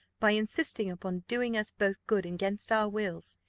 by insisting upon doing us both good against our wills,